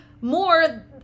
more